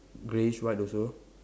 greyish white also